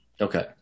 Okay